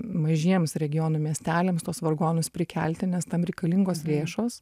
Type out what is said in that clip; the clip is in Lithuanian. mažiems regionų miesteliams tuos vargonus prikelti nes tam reikalingos lėšos